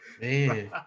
Man